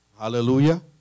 Hallelujah